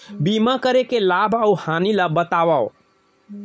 बीमा करे के लाभ अऊ हानि ला बतावव